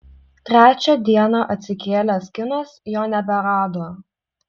trečią dieną atsikėlęs kinas jo neberado